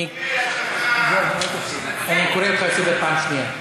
אני קורא אותך לסדר פעם שנייה.